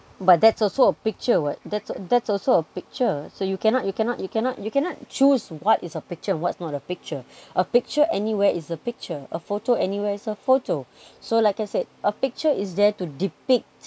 but that's also a picture what that's that's also a picture so you cannot you cannot you cannot you cannot choose what is a picture what's not a picture a picture anywhere is a picture a photo anywhere is a photo so like I said a picture is there to depict